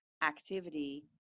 activity